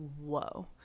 whoa